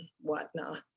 whatnot